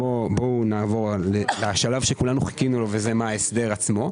נעבור לשלב שכולנו חיכינו לו ההסדר עצמו.